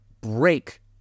break